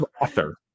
author